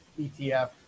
ETF